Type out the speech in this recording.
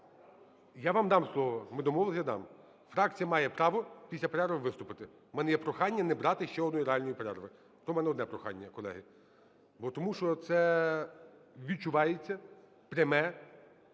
Я вам дам слово, ми домовились, я дам. Фракція має право після перерви виступити. У мене є прохання не брати ще одної реальної перерви. То в мене одне прохання, колеги, тому що це відчувається пряме